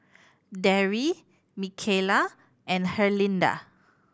Darry Mikalah and Herlinda